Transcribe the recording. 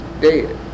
dead